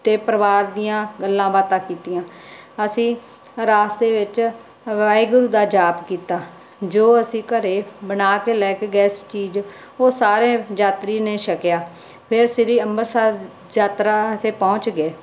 ਤੇ ਪਰਿਵਾਰ ਦੀਆਂ ਗੱਲਾਂ ਬਾਤਾਂ ਕੀਤੀਆਂ ਅਸੀਂ ਰਾਸਤੇ ਵਿੱਚ ਵਾਹਿਗੁਰੂ ਦਾ ਜਾਪ ਕੀਤਾ ਜੋ ਅਸੀਂ ਘਰੇ ਬਨਾ ਕੇ ਲੈ ਕੇ ਗਏ ਸੀ ਚੀਜ਼ ਉਹ ਸਾਰੇ ਯਾਤਰੀ ਨੇ ਛਕਿਆ ਫੇਰ ਸ੍ਰੀ ਅੰਬਰਸਰ ਯਾਤਰਾ ਤੇ ਪਹੁੰਚ ਗਏ